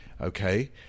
okay